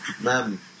Ma'am